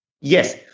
Yes